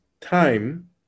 time